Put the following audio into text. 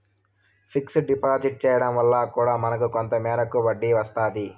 fixed deposit చేయడం వల్ల కూడా మనకు కొంత మేరకు వడ్డీ వస్తాది